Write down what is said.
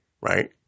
Right